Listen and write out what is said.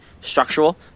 structural